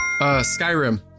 Skyrim